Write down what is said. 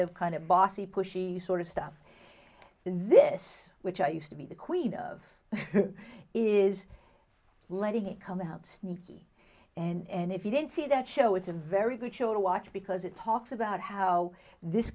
of kind of bossy pushy sort of stuff in this which i used to be the queen of is letting it come out sneaky and if you don't see that show it's a very good show to watch because it talks about how this